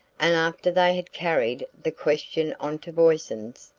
and after they had carried the question on to voisin's,